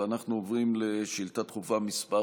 אנחנו עוברים לשאילתה דחופה מס'